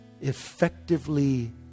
effectively